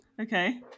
okay